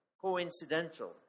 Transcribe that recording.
coincidental